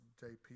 JP